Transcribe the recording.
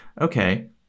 okay